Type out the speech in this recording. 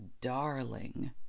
Darling